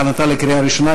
הכנתה לקריאה ראשונה.